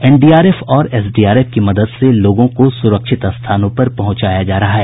NDRF और SDRF की मदद से लोगों को सुरक्षित स्थानों पर पहुंचाया जा रहा है